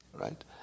right